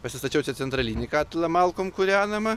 pasistačiau čia centralinį katilą malkom kūrenamą